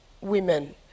women